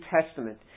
Testament